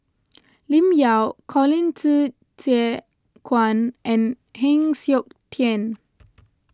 Lim Yau Colin Qi Zhe Quan and Heng Siok Tian